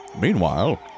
Meanwhile